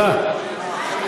נכון, נכון.